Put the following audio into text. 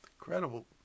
incredible